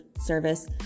service